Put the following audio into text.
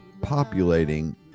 populating